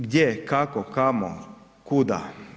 Gdje, kako, kamo, kuda.